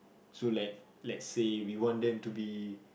so like let's say we want them to be